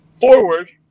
forward